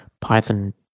Python